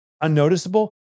unnoticeable